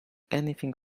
anything